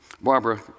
Barbara